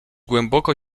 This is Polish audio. głęboko